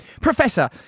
Professor